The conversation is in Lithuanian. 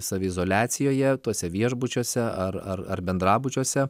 saviizoliacijoje tuose viešbučiuose ar ar ar bendrabučiuose